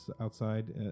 outside